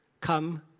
come